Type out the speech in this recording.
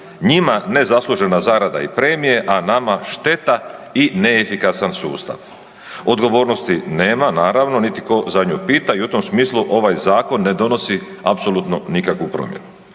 njima nezaslužena zarada i premije, a nama šteta i neefikasan sustav. Odgovornosti nema naravno, niti tko za nju pita i u tom smislu ovaj zakon ne donosi apsolutno nikakvu promjenu.